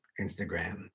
Instagram